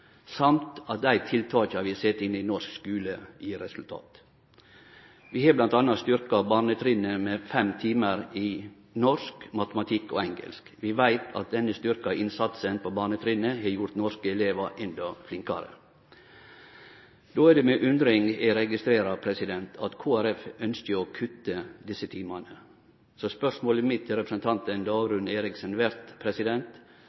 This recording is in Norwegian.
samt at dei tiltaka vi set inn i norsk skule, gir resultat. Vi har bl.a. styrkt barnetrinnet med fem timar i norsk, matematikk og engelsk. Vi veit at denne styrkte innsatsen på barnetrinnet har gjort norske elevar endå flinkare. Då er det med undring eg registrerer at Kristeleg Folkeparti ønskjer å kutte desse timane. Så spørsmålet mitt